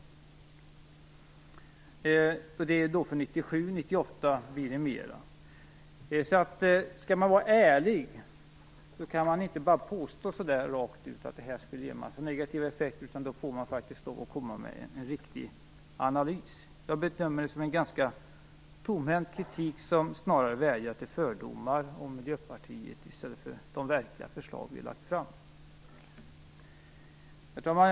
För 1997 och 1998 blir det mer. Om man skall vara ärlig kan man inte bara påstå rakt ut att det här skulle ge en massa negativa effekter, utan man måste komma med en riktig analys. Jag bedömer det som en ganska tomhänt kritik, som snarare vädjar till fördomar om Miljöpartiet än till förståelse för de verkliga förslag som vi har lagt fram. Herr talman!